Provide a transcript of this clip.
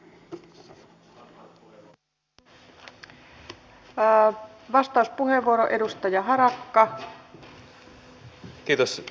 kyllä me olemme työtä sen eteen tehneet